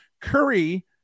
Curry